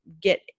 get